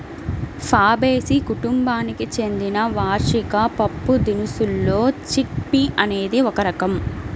Fabaceae కుటుంబానికి చెందిన వార్షిక పప్పుదినుసుల్లో చిక్ పీ అనేది ఒక రకం